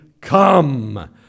come